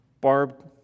Barb